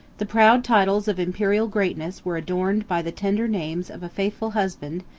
the proud titles of imperial greatness were adorned by the tender names of a faithful husband,